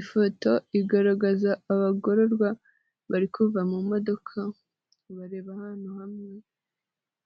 Ifoto igaragaza abagororwa bari kuva mu modoka, bareba ahantu hamwe